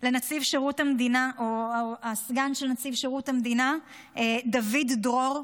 לנציב שירות המדינה או הסגן של נציב שירות המדינה דוד דרור,